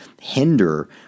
hinder